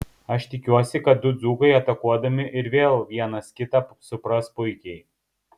aš tikiuosi kad du dzūkai atakuodami ir vėl vienas kitą supras puikiai